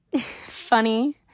funny